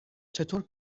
چطور